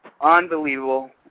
unbelievable